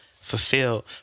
fulfilled